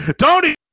Tony